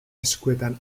eskuetan